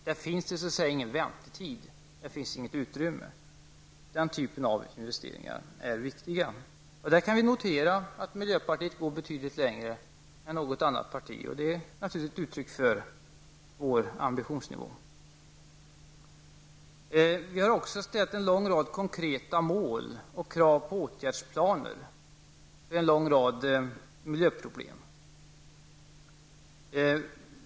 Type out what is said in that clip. Här finns det ingen väntetid -- inget utrymme för väntan. Den typen av investeringar är viktiga. Vi kan notera att miljöpartiet här går betydligt längre än något annat parti, och det är naturligtvis ett uttryck för vår ambitionsnivå. Vi har också ställt upp konkreta mål och framlagt krav på åtgärdsplaner när det gäller en lång rad miljöproblem.